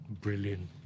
Brilliant